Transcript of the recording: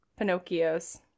Pinocchios